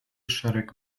szereg